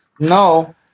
No